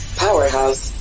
Powerhouse